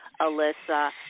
Alyssa